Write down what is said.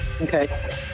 Okay